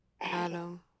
Adam